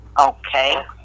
Okay